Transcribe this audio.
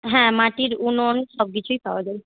হ্যাঁ মাটির উনুন সবকিছুই পাওয়া যায়